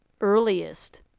earliest